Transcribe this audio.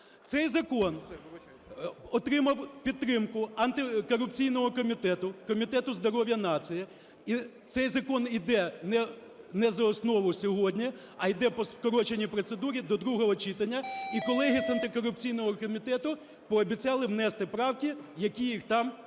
Цей закон отримав підтримку антикорупційного комітету, Комітету здоров'я нації і цей закон іде не за основу сьогодні, а йде по скороченій процедурі до другого читання, і колеги з антикорупційного комітету пообіцяли внести правки, які їх там цікавлять